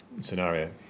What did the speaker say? scenario